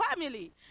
family